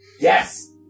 Yes